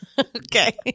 Okay